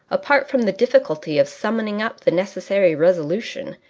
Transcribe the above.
apart from the difficulty of summoning up the necessary resolution,